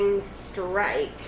strike